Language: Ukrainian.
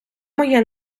моє